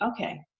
okay